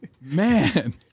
Man